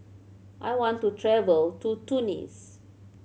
I want to travel to Tunis